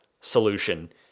solution